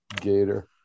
Gator